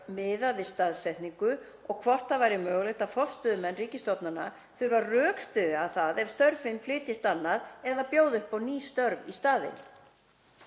miðað við staðsetningu og hvort það væri mögulegt að forstöðumenn ríkisstofnana þurfi að rökstyðja það ef störfin flytjast annað eða bjóða upp á ný störf í staðinn.